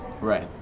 Right